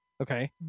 okay